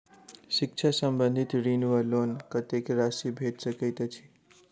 शिक्षा संबंधित ऋण वा लोन कत्तेक राशि भेट सकैत अछि?